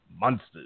monsters